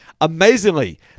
Amazingly